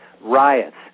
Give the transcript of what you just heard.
riots